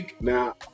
Now